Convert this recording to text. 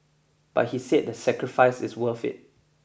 but he said the sacrifice is worth it